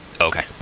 Okay